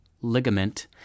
ligament